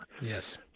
Yes